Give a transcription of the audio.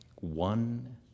One